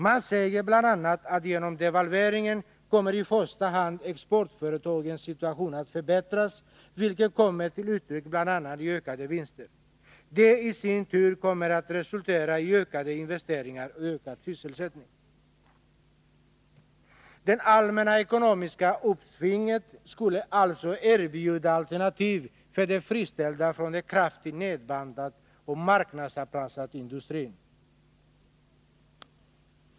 Man säger bl.a. att i första hand exportföretagens situation kommer att förbättras genom devalveringen. Vinsterna kommer att öka och i sin tur medföra fler investeringar och en förbättrad sysselsättning. Det allmänna ekonomiska uppsvinget skulle alltså erbjuda alternativ för de friställda från en kraftigt nedbantad och marknadsanpassad industri.